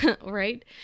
right